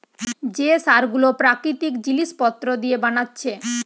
যে সার গুলো প্রাকৃতিক জিলিস পত্র দিয়ে বানাচ্ছে